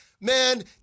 man